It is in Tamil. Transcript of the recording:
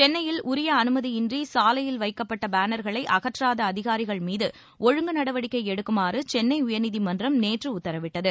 சென்னையில் உரிய அனுமதியின்றி சாலையில் லைக்கப்பட்ட பேனர்களை அகற்றாத அதிகாரிகள் மீது ஒழுங்கு நடவடிக்கை எடுக்குமாறு சென்னை உயா்நீதிமன்றம் நேற்று உத்தரவிட்டது